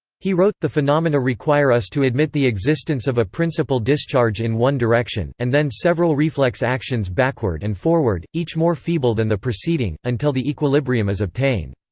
he wrote the phenomena require us to admit the existence of a principal discharge in one direction, and then several reflex actions backward and forward, each more feeble than the preceding, until the equilibrium is obtained.